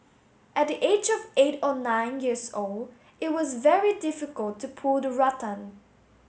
at the age of eight or nine years old it was very difficult to pull the rattan